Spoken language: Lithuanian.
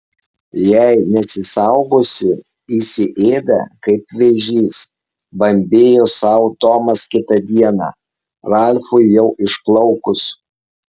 jei nesisaugosi įsiėda kaip vėžys bambėjo sau tomas kitą dieną ralfui jau išplaukus